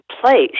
place